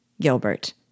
Gilbert